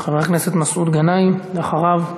חבר הכנסת מסעוד גנאים, ואחריו,